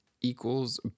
equals